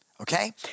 Okay